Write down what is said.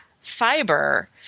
fiber